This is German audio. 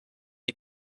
die